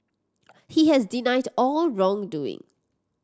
he has denied all wrongdoing